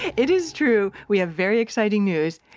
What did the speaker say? it is true. we have very exciting news.